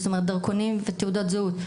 זאת אומרת, דרכונים ותעודות זהות.